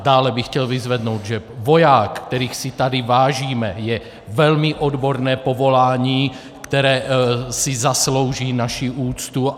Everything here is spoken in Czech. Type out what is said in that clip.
Dále bych chtěl vyzvednout, že voják, kterých si tady vážíme, je velmi odborné povolání, které si zaslouží naši úctu.